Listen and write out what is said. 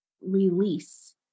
release